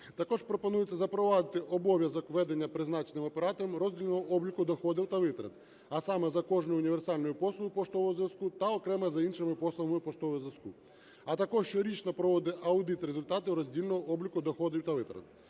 Також пропонується запровадити обов'язок введення призначеним оператором роздільного обліку доходів та витрат, а саме за кожну універсальну послугу поштового зв'язку та окремо за іншими послугами поштового зв'язку, а також щорічно проводити аудит результату роздільного обліку доходів та витрат.